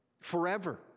forever